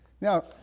Now